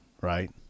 right